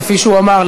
כפי שהוא אמר,